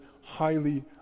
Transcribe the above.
highly